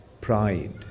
pride